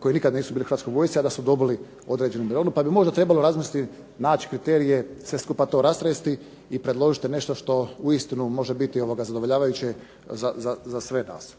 koji nikada nisu bili u Hrvatskoj vojsci a da su dobili određenu mirovinu, pa bi možda trebalo razmisliti, naći kriterije, sve skupa to rastresti i predložiti nešto što uistinu može biti zadovoljavajuće za sve nas.